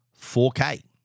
4K